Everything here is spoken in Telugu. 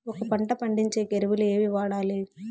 ఒక పంట పండించేకి ఎరువులు ఏవి వాడాలి?